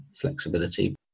flexibility